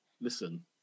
listen